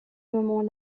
moment